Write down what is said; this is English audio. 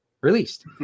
released